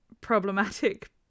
problematic